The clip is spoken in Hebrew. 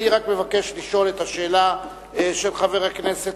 אני רק מבקש לשאול את השאלה של חבר הכנסת